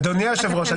אדוני היושב-ראש,